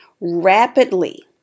rapidly